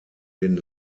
den